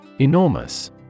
Enormous